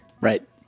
Right